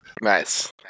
Nice